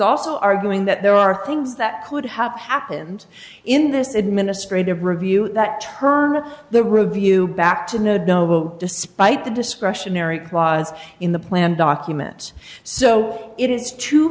also arguing that there are things that could have happened in this administrative review that turn the review back to node no despite the discretionary clause in the plan documents so it is t